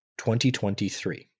2023